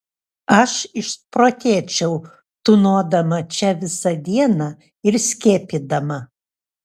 aš išprotėčiau tūnodama čia visą dieną ir skiepydama